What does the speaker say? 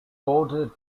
bordered